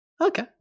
Okay